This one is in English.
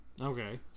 Okay